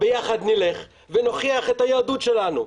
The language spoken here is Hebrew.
ביחד נלך ונוכיח את היהדות שלנו.